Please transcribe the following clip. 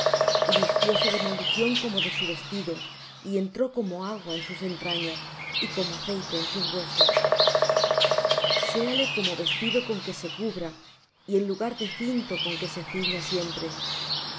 y vistióse de maldición como de su vestido y entró como agua en sus entrañas y como aceite en sus huesos séale como vestido con que se cubra y en lugar de cinto con que se ciña siempre